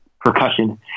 percussion